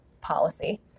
policy